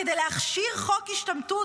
כדי להכשיר חוק השתמטות,